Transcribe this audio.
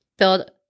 build